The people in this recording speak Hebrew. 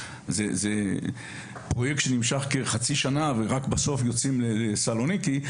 זה פרויקט שנמשך כחצי שנה ורק בסוף יוצאים לסלוניקי,